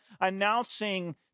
announcing